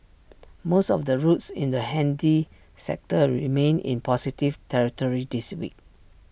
most of the routes in the handy sector remained in positive territory this week